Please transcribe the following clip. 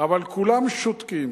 אבל כולם שותקים,